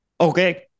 okay